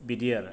बिदि आरो